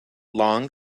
long